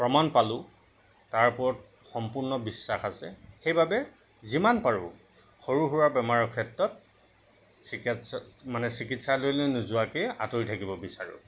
প্ৰমাণ পালোঁ তাৰ ওপৰত সম্পূৰ্ণ বিশ্বাস আছে সেইবাবে যিমান পাৰোঁ সৰু সুৰা বেমাৰৰ ক্ষেত্ৰত চিকিৎসাল মানে চিকিৎসালয়লৈ নোযোৱাকেই আঁতৰি থাকিব বিচাৰোঁ